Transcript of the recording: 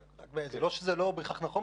זה לא שמה שאמרת זה לא בהכרח נכון,